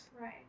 Right